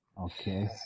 okay